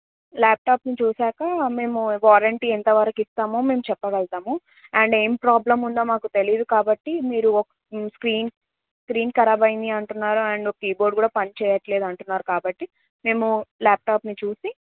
ల్యాప్టాప్ని చూసాక మేము వారంటీ ఎంత వరకు ఇస్తామో మేము చెప్పగలుగుతాము అండ్ ఏం ప్రాబ్లం ఉందో మాకు తెలీదు కాబట్టి మీరు స్క్రీన్ స్క్రీన్ కరాబ్ అయింది అంటున్నారు అండ్ కీబోర్డ్ కూడా పనిచెయ్యట్లేదు అంటున్నారు కాబట్టి మేము ల్యాప్టాప్ని చూసి